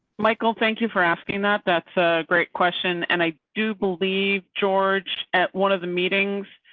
michael, thank you for asking that. that's a great question. and i do believe george at one of the meetings